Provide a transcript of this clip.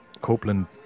Copeland